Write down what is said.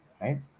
right